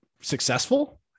successful